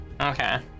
Okay